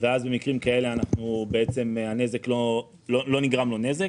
במקרים כאלה בעצם לא נגרם לו נזק,